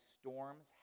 storms